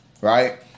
Right